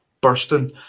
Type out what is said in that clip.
bursting